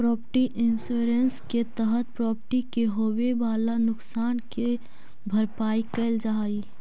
property insurance के तहत property के होवेऽ वाला नुकसान के भरपाई कैल जा हई